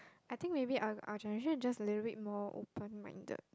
I think maybe our our generation just a little more open minded